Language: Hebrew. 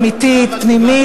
אמיתית,